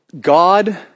God